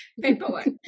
paperwork